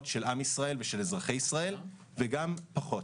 של עם ישראל ושל אזרחי ישראל וגם פחות.